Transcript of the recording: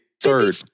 third